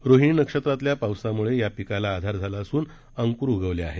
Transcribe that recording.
रोहिणी नक्षत्रातल्या पावसामुळे या पिकाला आधार झाला असून अंकुर उगवले आहेत